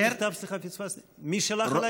סליחה, פספסתי, מי שלח אליי מכתב?